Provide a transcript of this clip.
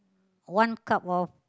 one cup of